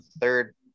third